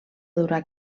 durar